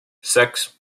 six